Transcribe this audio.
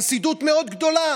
חסידות מאוד גדולה,